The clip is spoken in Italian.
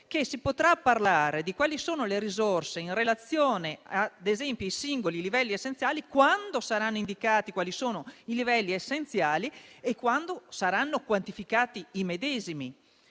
che si potrà parlare di quali sono le risorse in relazione ad esempio ai singoli livelli essenziali quando sarà indicato quali sono i livelli essenziali e quando saranno quantificati i medesimi.